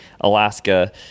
Alaska